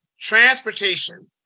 transportation